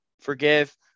forgive